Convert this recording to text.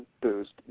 boost